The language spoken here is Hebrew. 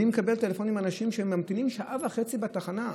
אני מקבל טלפונים מאנשים שהם ממתינים שעה וחצי בתחנה.